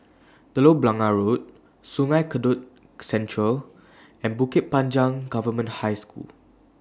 Telok Blangah Road Sungei Kadut Central and Bukit Panjang Government High School